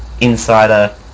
insider